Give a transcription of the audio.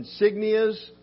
insignias